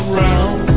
round